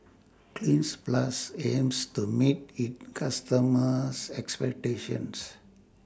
Cleanz Plus aims to meet its customers' expectations